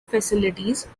facilities